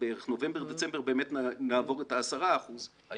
בנובמבר-דצמבר נעבור את ה-10 אחוזים אבל